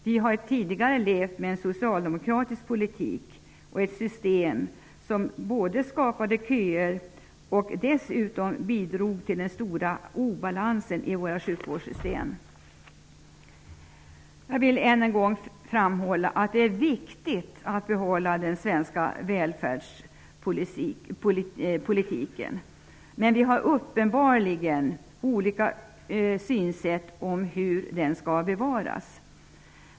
Vi har tidigare levt med en socialdemokratisk politik och ett system som skapade köer och bidrog till en stor obalans i våra sjukvårdssystem. Jag vill än en gång framhålla att det är viktigt att behålla den svenska välfärdspolitiken. Men vi har uppenbarligen olika syn på hur vi skall gå till väga för att den skall bevaras.